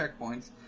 checkpoints